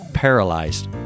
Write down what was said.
paralyzed